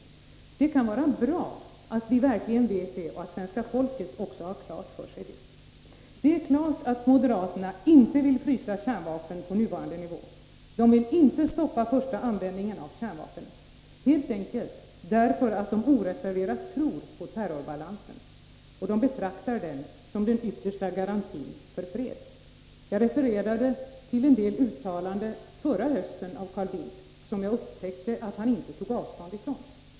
Det kan vara bra att vi verkligen vet det och att svenska folket också har det klart för sig. Det är nu uppenbart att moderaterna inte vill frysa kärnvapnen på nuvarande nivå. De vill inte stoppa första-användningen av kärnvapen, helt enkelt därför att de oreserverat tror på terrorbalansen och betraktar denna som den yttersta garantin för fred. Jag refererade till en del uttalanden av Carl Bildt från förra hösten, och jag upptäckte att han inte tog avstånd från dem.